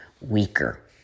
weaker